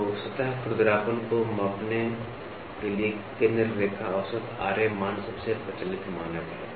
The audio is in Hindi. तो सतह खुरदरापन को मापने के लिए केंद्र रेखा औसत मान सबसे प्रचलित मानक है